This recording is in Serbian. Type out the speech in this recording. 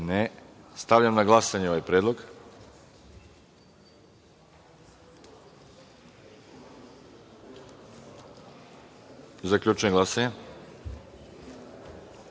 Stavljam na glasanje ovaj predlog. Zaključujem glasanje: